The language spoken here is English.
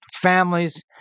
families